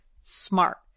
smart